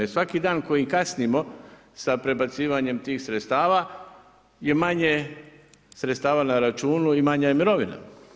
Jer svaki dan koji kasnimo sa prebacivanjem tih sredstava je manje sredstava na računu i manja je mirovina.